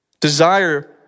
Desire